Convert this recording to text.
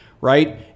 Right